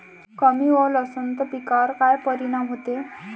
कमी ओल असनं त पिकावर काय परिनाम होते?